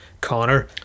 Connor